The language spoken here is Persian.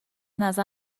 نظر